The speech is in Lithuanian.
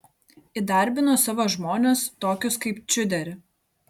įdarbino savo žmones tokius kaip čiuderį